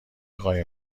قایم